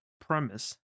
premise